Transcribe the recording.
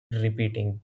repeating